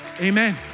Amen